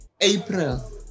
April